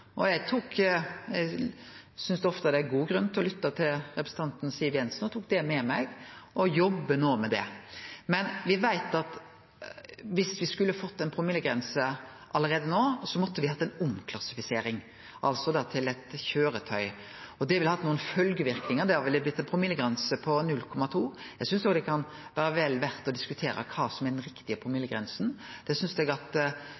Eg synest ofte det er god grunn til å lytte til representanten Siv Jensen og tok det med meg, og jobbar no med det. Me veit at om me skulle fått ei promillegrense allereie no, måtte me hatt ei omklassifisering, altså til eit køyretøy, og det ville hatt følgjeverknader. Da ville det blitt ei promillegrense på 0,2. Eg synest da det kan vere vel verd å diskutere kva som er rett promillegrense. Det synest eg